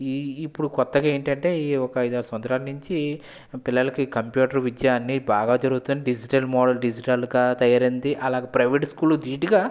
ఈ ఇప్పుడు క్రొత్తగా ఏంటంటే ఈ ఒక ఐదు ఆరు సంవత్సరాల నుంచి పిల్లలకి కంప్యూటర్ విద్యా అన్ని బాగా జరుగుతుంది అని డిజిటల్ మోడల్ డిజిటల్గా తయారయింది అలా ప్రైవేట్ స్కూలు ధీటుగా